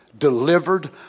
delivered